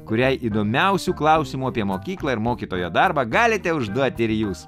kuriai įdomiausių klausimų apie mokyklą ir mokytojo darbą galite užduoti ir jūs